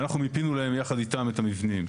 ואנחנו מיפינו להם יחד איתם את המבנים.